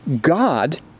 God